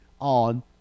on